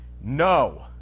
no